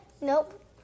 Nope